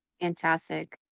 Fantastic